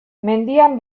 mendian